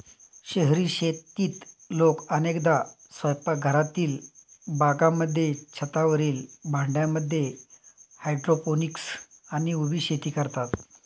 शहरी शेतीत लोक अनेकदा स्वयंपाकघरातील बागांमध्ये, छतावरील भांड्यांमध्ये हायड्रोपोनिक्स आणि उभी शेती करतात